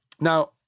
Now